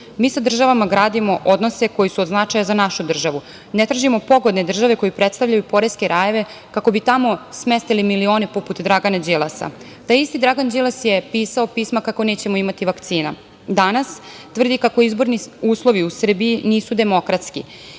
Mi sa državama gradimo odnose koji su od značaja za našu državu. Ne tražimo pogodne države koje predstavljaju poreske rajeve kako bi tamo smestili milione poput Dragana Đilasa. Taj isti Dragan Đilas je pisao pisma kako nećemo imati vakcina. Danas, tvrdi kako izborni uslovi u Srbiji nisu demokratski,